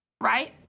right